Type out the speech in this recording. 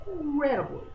incredibly